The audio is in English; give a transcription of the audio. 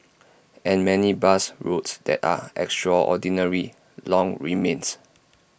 and many bus routes that are extraordinarily long remains